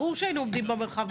ברור שהיינו עומדים במרחב מחיה.